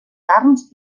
carns